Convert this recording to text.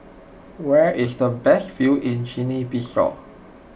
where is the best view in Guinea Bissau